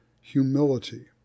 Humility